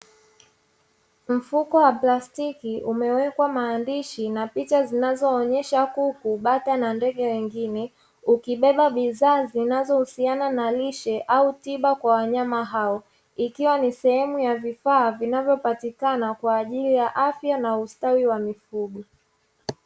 Mfuko wa plastiki umewekwa maandishi kama vile ndege kuku ikiwa imewekwa kuonyesha tiba inayofaa kwaajili ya ustawi na mifugo